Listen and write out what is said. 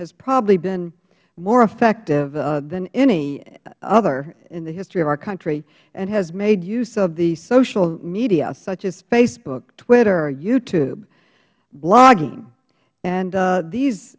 has probably been more effective than any other in the history of our country and has made use of the social media such as facebook twitter youtube blogging and these